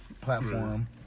platform